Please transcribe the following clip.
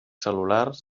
cel·lulars